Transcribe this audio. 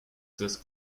this